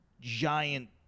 giant